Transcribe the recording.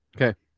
Okay